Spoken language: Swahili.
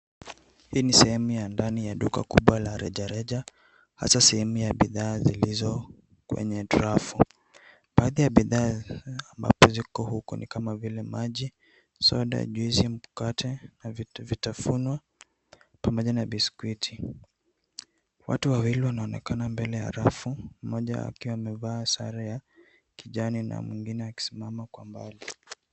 Hii ni sehemu ya ndani ya duka kubwa la rejareja. Hasa sehemu ya bidhaa zilizo kwenye trafu. Baadhi ya bidhaa ambazo ziko huko ni kama vile maji, soda, juisi mkate na vitu vitafunwa pamoja na biskuiti. Watu wawili wanaonekana mbele ya rafu. Mmoja akiwa amevaa sare ya kijani na mwingine akisimama kwa mbali.